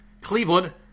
Cleveland